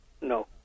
no